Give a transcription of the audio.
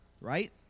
right